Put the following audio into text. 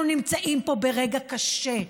אנחנו נמצאים פה ברגע קשה.